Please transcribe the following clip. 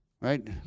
right